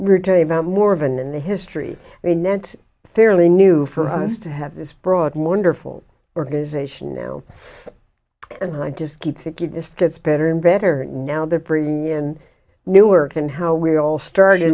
about more of an in the history a net fairly new for us to have this broad wonderful organization now and i just keep thinking this gets better and better and now they're bringing in newark and how we all started